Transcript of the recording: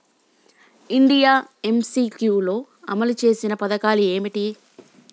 India MCQ లో అమలు చేసిన పథకాలు ఏమిటి?